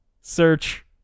search